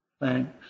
thanks